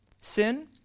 sin